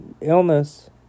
illness